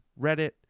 Reddit